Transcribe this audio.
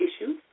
issues